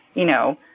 you know,